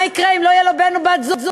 מה יקרה אם לא יהיה לו בן-זוג או בת-זוג.